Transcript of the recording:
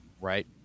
Right